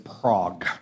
Prague